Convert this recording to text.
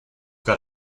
got